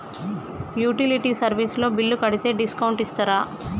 Utility service తో bill కడితే discount ఇస్తరా?